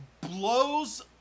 blows